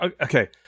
okay